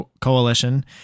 coalition